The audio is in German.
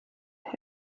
hält